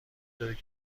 دارد